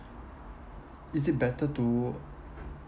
is it better to